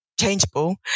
changeable